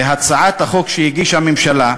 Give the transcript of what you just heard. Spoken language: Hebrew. בהצעת החוק שהגישה הממשלה,